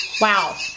Wow